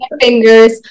Fingers